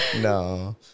No